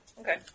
Okay